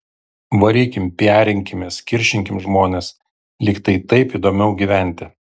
varykim piarinkimės kiršinkim žmones lyg tai taip įdomiau gyventi